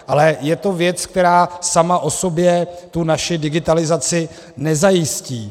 Ale je to věc, která sama o sobě naši digitalizaci nezajistí.